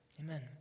Amen